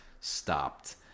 stopped